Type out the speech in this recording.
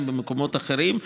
הם במקומות אחרים,